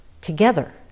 together